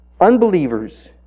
unbelievers